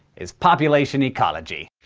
is population ecology.